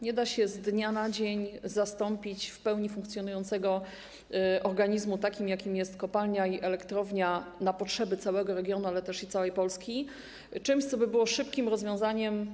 Nie da się z dnia na dzień zastąpić w pełni funkcjonującego organizmu, jakim jest kopalnia i elektrownia działające na potrzeby całego regionu, ale też całej Polski, czymś, co byłoby szybkim rozwiązaniem.